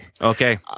Okay